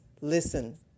listen